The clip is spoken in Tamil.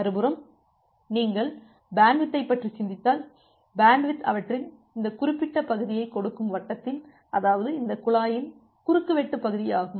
மறுபுறம் நீங்கள் பேண்ட்வித்யைப் பற்றி சிந்தித்தால் பேண்ட்வித் அவற்றின் இந்த குறிப்பிட்டபகுதியைக் கொடுக்கும் வட்டத்தின் அதாவது இந்த குழாயின் குறுக்கு வெட்டு பகுதி ஆகும்